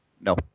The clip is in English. No